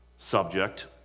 Subject